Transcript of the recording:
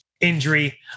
injury